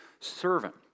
servant